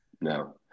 No